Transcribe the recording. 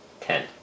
Ten